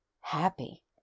happy